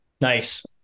Nice